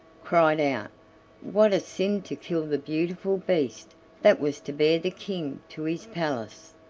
cried out what a sin to kill the beautiful beast that was to bear the king to his palace!